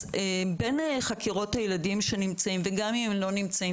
בין חקירות הילדים שנמצאים וגם אם הם לא נמצאים